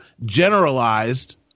generalized